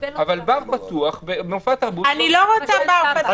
אבל בר פתוח במופע תרבות --- אני לא רוצה בר פתוח.